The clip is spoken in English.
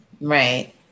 Right